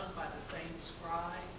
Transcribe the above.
same scribe?